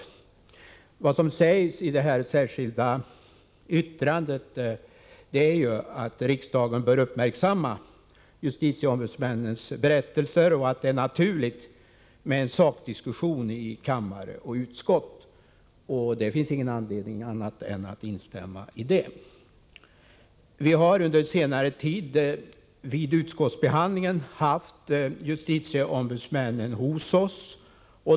Vad som sägs i det särskilda yttrandet är ju att riksdagen bör uppmärksamma justitieombudsmännens berättelser och att det är naturligt med en sakdiskussion i kammare och utskott. Det finns ingen anledning att göra annat än instämma i det. Vi har under senare tid vid utskottsbehandlingen haft justitieombudsmännen hos oss.